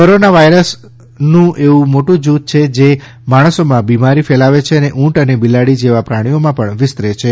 corona virus વાઇરસનું એવું મોટું જૂથ છે જે માણસોમાં બીમારી ફેલાવે છે અને ઊંટ અને બિલાડી જેવાં પ્રાણીઓમાં પણ વિસ્તરે છે